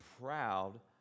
proud